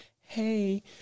hey